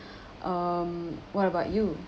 um what about you